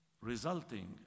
resulting